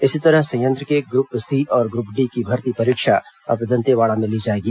इसी तरह संयंत्र के ग्रुप सी और ग्रुप डी की भर्ती की परीक्षा अब दंतेवाड़ा में ली जाएगी